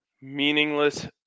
Meaningless